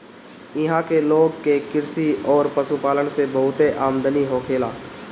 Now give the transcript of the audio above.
इहां के लोग के कृषि अउरी पशुपालन से बहुते आमदनी होखेला